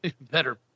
better